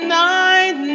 night